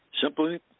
Simply